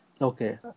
Okay